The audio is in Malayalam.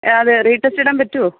അതേ റീടെസ്റ്റ് ഇടാൻ പറ്റുമോ